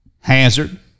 Hazard